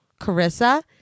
carissa